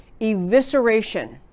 evisceration